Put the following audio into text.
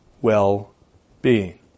well-being